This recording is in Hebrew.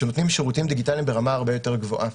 שנותנים שירותים דיגיטליים ברמה הרבה יותר גבוהה,